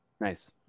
Nice